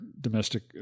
domestic